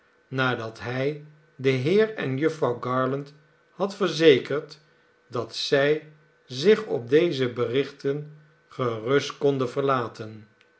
nadat hij den heer en jufvrouw garland had verzekerd dat zij zich op deze berichten gerust konden verlaten